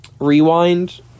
Rewind